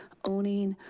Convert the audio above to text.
owning,